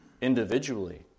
individually